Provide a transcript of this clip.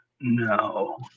no